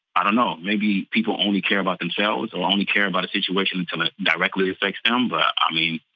i don't know. maybe people only care about themselves or only care about a situation until kind of it directly affects um but i mean,